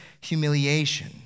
humiliation